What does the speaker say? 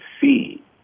see